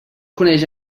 coneix